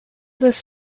this